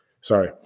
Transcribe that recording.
Sorry